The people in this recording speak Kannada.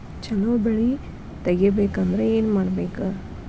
ಛಲೋ ಬೆಳಿ ತೆಗೇಬೇಕ ಅಂದ್ರ ಏನು ಮಾಡ್ಬೇಕ್?